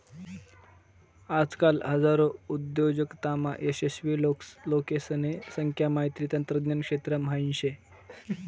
आजकाल हजारो उद्योजकतामा यशस्वी लोकेसने संख्या माहिती तंत्रज्ञान क्षेत्रा म्हाईन शे